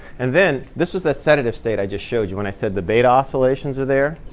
and then, this was that sedative state i just showed you when i said the beta oscillations are there.